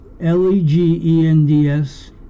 L-E-G-E-N-D-S